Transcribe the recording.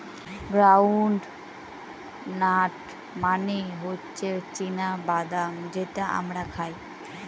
ground nut মানে হচ্ছে চীনা বাদাম যেটা আমরা খাই